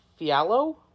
Fialo